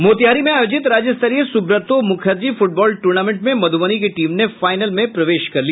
मोतिहारी में आयोजित राज्य स्तरीय सुब्रतों मुखर्जी फुटबॉल टूर्नामेंट में मधुबनी की टीम ने फाइनल में प्रेवश किया